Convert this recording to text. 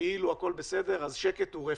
כאילו הכול בסדר, אז שקט הוא רפש,